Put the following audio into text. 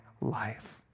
life